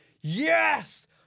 yes